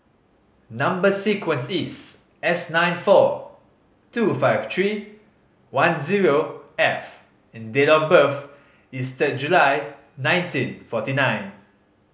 number sequence is S nine four two five three one zero F and date of birth is third July nineteen forty nine